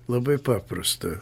labai paprasta